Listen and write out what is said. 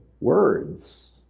words